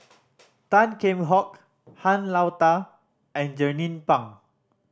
Tan Kheam Hock Han Lao Da and Jernnine Pang